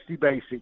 Basic